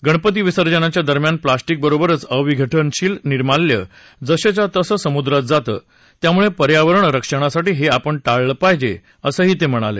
गणपती विसर्जनाच्या दरम्यान प्लास्टिक बरोबरच अविघटनशील निर्माल्य जसंच्या तसं समुद्रात जातं त्यामुळे पर्यावरण रक्षणासाठी हे आपण टाळलं पाहिजे असंही ते म्हणाले